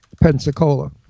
Pensacola